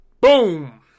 Boom